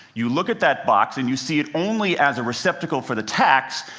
you look at that box and you see it only as a receptacle for the tacks.